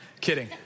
Kidding